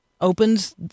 opens